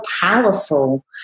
powerful